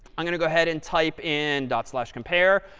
i'm going to go ahead and type in dot slash compare.